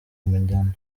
umunyana